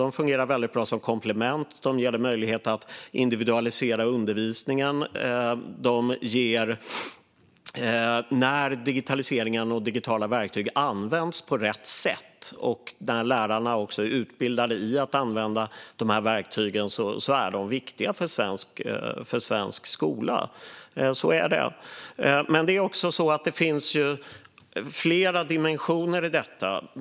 De fungerar väldigt bra som komplement och ger möjlighet att individualisera undervisningen. När digitaliseringen och digitala verktyg används på rätt sätt, och när lärarna är utbildade i att använda dessa verktyg, är de viktiga för svensk skola. Men det finns flera dimensioner i detta.